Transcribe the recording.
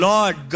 Lord